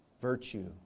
Virtue